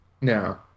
No